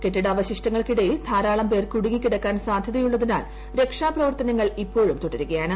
കെട്ടിടാവശിഷ്ടങ്ങൾക്കിടയിൽ ധാരാളം പേർ കുടുങ്ങിക്കിടക്കാൻ സാധൃതയുള്ളതിനാൽ രക്ഷാ പ്രവർത്തനങ്ങൾ ഇപ്പോഴും തുടരുകയാണ്